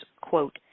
quote